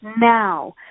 now